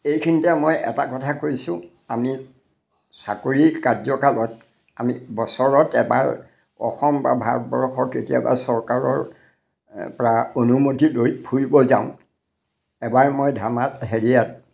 এইখিনিতে মই এটা কথা কৈছোঁ আমি চাকৰিৰ কাৰ্য্য়কালত আমি বছৰত এবাৰ অসম বা ভাৰতবৰ্ষৰ কেতিয়াবা চৰকাৰৰ পৰা অনুমতি লৈ ফুৰিব যাওঁ এবাৰ মই ধামাত হেৰিয়াত